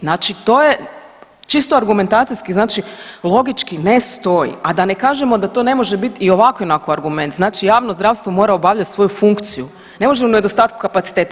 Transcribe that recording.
Znači to je čisto argumentacijski, znači logički ne stoji, a da ne kažemo da to ne može biti i ovako i onako argument, znači jasno zdravstvo mora obavljati svoju funkciju, ne može u nedostatku kapaciteta.